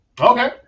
okay